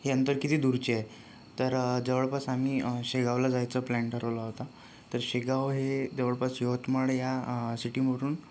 हे अंतर किती दूरचे आहे तर जवळपास आम्ही शेगावला जायचा प्लॅन ठरवला होता तर शेगाव हे जवळपास यवतमाळ या सिटीवरून